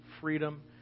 freedom